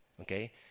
Okay